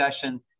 sessions